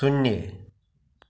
शून्य